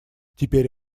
теперь